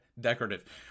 decorative